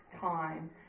time